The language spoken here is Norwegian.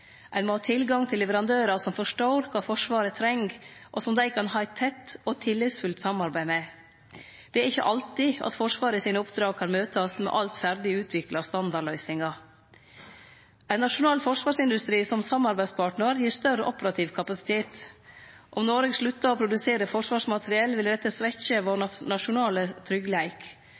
Ein må ha tilgang til leverandørar som forstår kva Forsvaret treng, og som dei kan ha eit tett og tillitsfullt samarbeid med. Det er ikkje alltid at Forsvaret sine oppdrag kan møtast med allereie ferdig utvikla standardløysingar. Ein nasjonal forsvarsindustri som samarbeidspartnar gir større operativ kapasitet. Om Noreg slutta å produsere forsvarsmateriell, ville dette svekkje vår nasjonale tryggleik.